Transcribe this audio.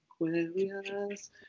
Aquarius